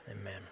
Amen